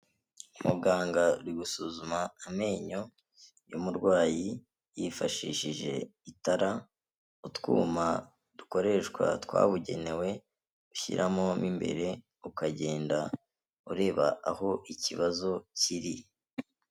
Muganga ari gusuzuma amenyo y'umurwayi yifashishije itara, utwuma dukoreshwa twabugenewe ushyiramo mo imbere ukagenda ureba aho ikibazo kiri.